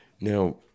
Now